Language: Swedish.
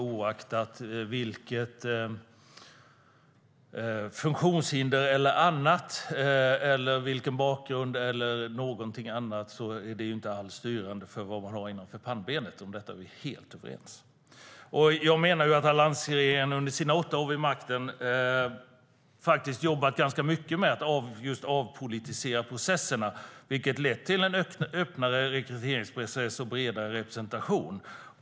Oaktat vilket funktionshinder, vilken bakgrund eller någonting annat man har är det inte styrande för vad man har innanför pannbenet. Om det är vi helt överens. Jag menar att alliansregeringen under sina åtta år vid makten jobbade ganska mycket med att avpolitisera processerna, vilket lett till öppnare rekryteringsprocesser och bredare representation.